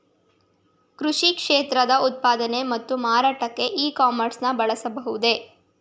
ಕೃಷಿ ಕ್ಷೇತ್ರದ ಉತ್ಪನ್ನ ಮತ್ತು ಮಾರಾಟಕ್ಕೆ ಇ ಕಾಮರ್ಸ್ ನ ಬಳಸಬಹುದೇ?